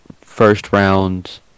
first-round